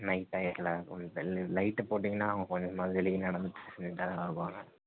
night டையத்தில் லைட்டை போட்டிங்கன்னால் அவங்க கொஞ்சமாவது வெளியே நடந்கிதுட்டு